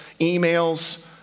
emails